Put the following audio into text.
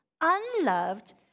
unloved